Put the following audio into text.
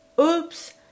Oops